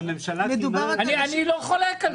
אני לא חולק על ה.